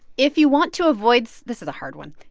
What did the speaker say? if you want to avoid so this is a hard one.